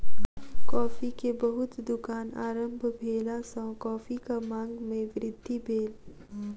coffee के बहुत दुकान आरम्भ भेला सॅ कॉफ़ीक मांग में वृद्धि भेल